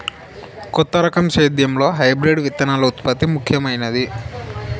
కొత్త రకం సేద్యంలో హైబ్రిడ్ విత్తనాల ఉత్పత్తి ముఖమైంది